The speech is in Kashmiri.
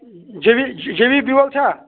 جٔڈی جٔڈی بیوٚل چھا